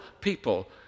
people